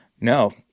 no